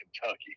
Kentucky